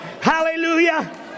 hallelujah